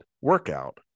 workout